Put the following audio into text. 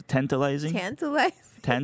Tantalizing